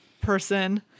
person